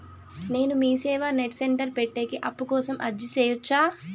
నేను MeeSeva net centre పెట్టేకి అప్పు కోసం అర్జీ సేయొచ్చా?